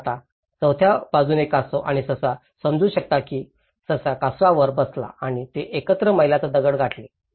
आता चौथ्या बाजूने कासव आणि ससा समजू शकला की ससा कासवावर बसला आणि ते एकत्र मैलाचा दगड गाठले